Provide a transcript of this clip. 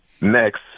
next